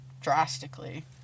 drastically